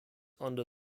under